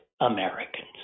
Americans